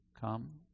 come